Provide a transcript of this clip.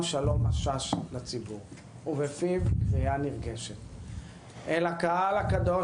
שלום משאש לציבור ובפיו פנייה נרגשת: "אל הקהל הקדוש,